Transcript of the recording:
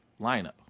lineup